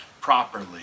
properly